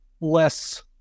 less